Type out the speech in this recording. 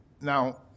now